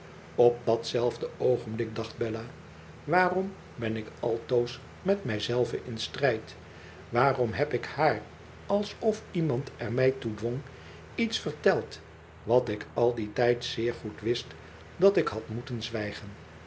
op dat zelfde oogenblik dacht bella waarom ben ik altoos met mij zelve in strijd waarom heb ik haar alsof iemand er mij toe dwong iets verteld wat ik al dien tijd zeer goed wist dat ik had moeten zwijgen